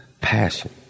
passion